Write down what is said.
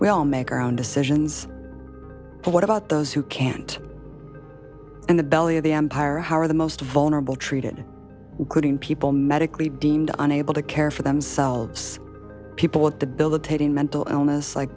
well make our own decisions but what about those who can't in the belly of the empire how are the most vulnerable treated getting people medically deemed an able to care for themselves people with the bill the taking mental illness like